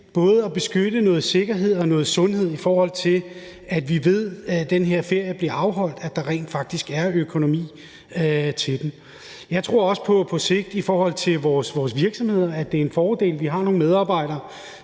noget beskyttelse rent sundhedsmæssigt, i forhold til at vi ved, at den her ferie bliver afholdt, og at der rent faktisk er økonomi til den. Jeg tror også på, at det i forhold til vores virksomheder på sigt er en fordel, at vi har nogle medarbejdere,